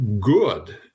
good